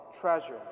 treasure